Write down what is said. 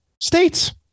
States